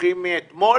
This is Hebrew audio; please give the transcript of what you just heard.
מומחים מאתמול